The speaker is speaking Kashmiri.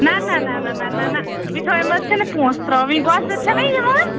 نہ نہ نہ نہ نہ نہ مِٹھایہِ منٛز چھِ نہٕ پونٛس ترٛاوٕنۍ گۄژٕر چھَ نَہ یِوان